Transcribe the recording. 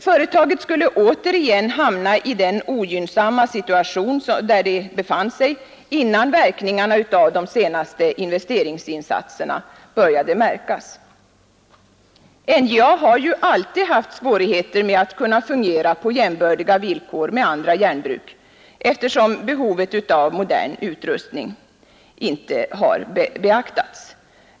Företaget skulle återigen hamna i den ogynnsamma situation där det befann sig innan verkningarna av de senaste investeringsinsatserna började märkas. NJA har ju alltid haft svårigheter med att kunna fungera på jämbördiga villkor med andra järnbruk eftersom behovet av modern utrustning inte beaktats.